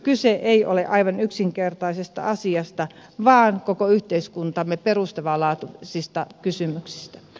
kyse ei ole aivan yksinkertaisesta asiasta vaan koko yhteiskuntamme perustavanlaatuisista kysymyksistä